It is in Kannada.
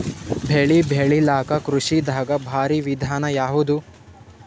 ಬೆಳೆ ಬೆಳಿಲಾಕ ಕೃಷಿ ದಾಗ ಭಾರಿ ವಿಧಾನ ಯಾವುದು?